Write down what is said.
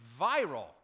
viral